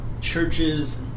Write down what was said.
churches